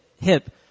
hip